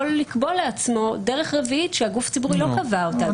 לקבוע לעצמו דרך רביעית שהגוף הציבורי לא קבע אותה.